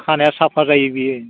खानाया साफा जायो बियो